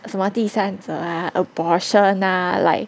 什么第三者 ah abortion ah like